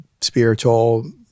spiritual